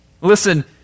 Listen